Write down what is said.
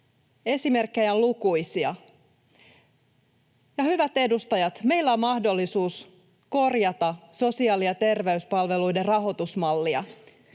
esimerkkejä on lukuisia. Hyvät edustajat, meillä on mahdollisuus korjata sosiaali- ja terveyspalveluiden rahoitusmallia.